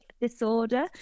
disorder